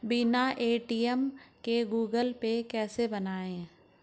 बिना ए.टी.एम के Google Pay कैसे बनायें?